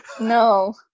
No